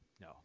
no